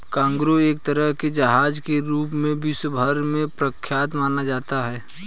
cargo एक तरह के जहाज के रूप में विश्व भर में प्रख्यात माना जाता है